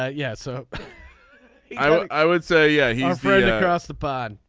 ah yeah. so i would say yeah he's across the pond.